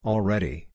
Already